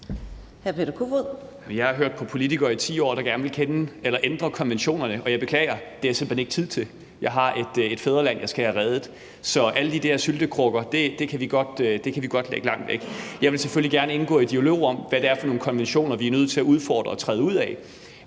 Jeg har hørt på politikere i 10 år, der gerne vil ændre konventionerne. Og jeg beklager, det har jeg simpelt hen ikke tid til; jeg har et fædreland, jeg skal have reddet. Så alle de der syltekrukker kan vi godt lægge langt væk. Jeg vil selvfølgelig gerne indgå i en dialog om, hvad det er for nogle konventioner, vi er nødt til at udfordre og træde ud af.